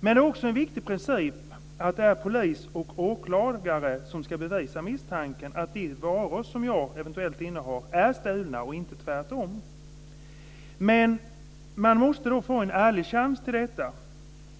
Men det är också en viktig princip att polis och åklagare ska bevisa misstanken att de varor som en person innehar är stulna och inte tvärtom. Då måste de få en ärlig chans till det.